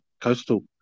Coastal